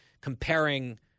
comparing